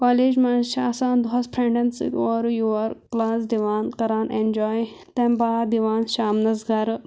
college منٛز چھِ آسان دۄہَس فرٛٮ۪نٛڈَن سۭتۍ اورٕ یور کٕلاس دِوان کَران اٮ۪نجاے تَمہِ بعد یِوان شامنَس گَرٕ